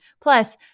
Plus